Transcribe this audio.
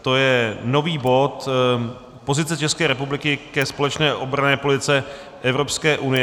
To je nový bod Pozice České republiky ke společné obranné politice Evropské unie.